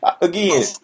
Again